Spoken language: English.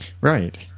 Right